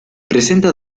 presenta